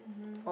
mmhmm